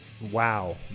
Wow